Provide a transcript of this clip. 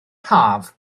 haf